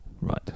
Right